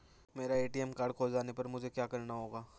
मेरा ATM card खो जाने पर मुझे क्या करना होगा?